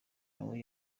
nawe